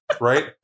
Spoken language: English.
right